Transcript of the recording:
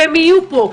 והם יהיו פה.